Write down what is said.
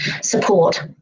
Support